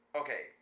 okay